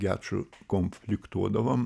geču konfliktuodavom